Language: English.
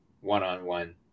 one-on-one